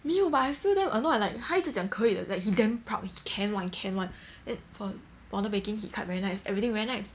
没有 but I feel damn annoyed like 他一直讲可以的 like he damn proud he can [one] he can [one] then for model making he cut very nice everything very nice